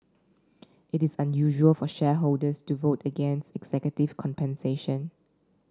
it is unusual for shareholders to vote against executive compensation